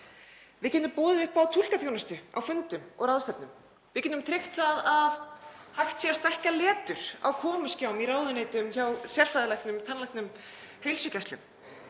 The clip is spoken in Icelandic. Við getum boðið upp á túlkaþjónustu á fundum og ráðstefnum. Við getum tryggt það að hægt sé að stækka letur á komuskjám í ráðuneytum, hjá sérfræðilæknum, tannlæknum, heilsugæslum